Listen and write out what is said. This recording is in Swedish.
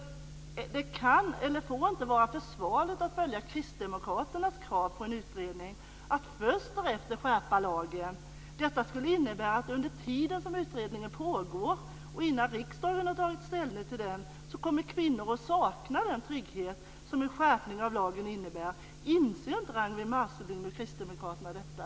Det är inte försvarligt att följa kristdemokraternas krav på en utredning och först därefter skärpa lagen. Detta skulle innebära att under tiden som utredningen pågår och innan riksdagen har tagit ställning till den kommer kvinnor att sakna den trygghet som en skärpning av lagen innebär. Inser inte Ragnwi Marcelind och Kristdemokraterna detta?